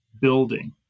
building